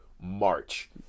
March